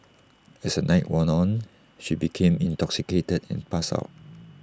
as the night wore on should became intoxicated passed out